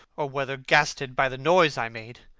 or whether gasted by the noise i made,